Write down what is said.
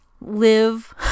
live